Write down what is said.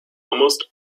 almost